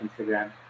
Instagram